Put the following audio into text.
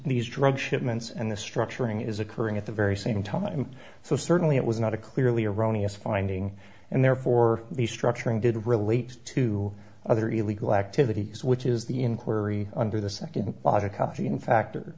these drug shipments and the structuring is occurring at the very same time so certainly it was not a clearly erroneous finding and therefore the structuring did relate to other illegal activities which is the inquiry under the